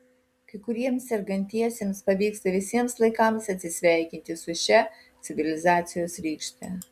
kai kuriems sergantiesiems pavyksta visiems laikams atsisveikinti su šia civilizacijos rykšte